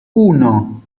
uno